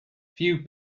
few